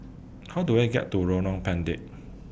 How Do I get to Lorong Pendek